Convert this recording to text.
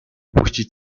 puścić